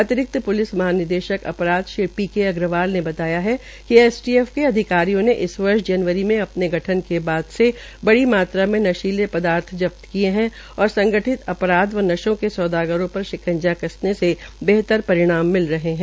अतिरिक्त महानिदेशक अपराध श्री पी के अग्रवाली ने बताया कि एसटीएफ के अधिकारियों ने इस वर्ष जनवरी में अपने गठन के बाद से बड़ी मात्रा में नशीले पदार्थ जब्त किय है और संगठित अपराध व नशों के सौदागरों पर शिंकजा कसने से बेहतर परिणाम मिल रहे है